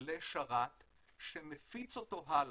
לשרת שמפיץ אותו הלאה.